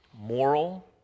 moral